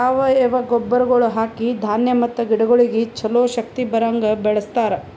ಸಾವಯವ ಗೊಬ್ಬರಗೊಳ್ ಹಾಕಿ ಧಾನ್ಯ ಮತ್ತ ಗಿಡಗೊಳಿಗ್ ಛಲೋ ಶಕ್ತಿ ಬರಂಗ್ ಬೆಳಿಸ್ತಾರ್